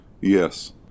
yes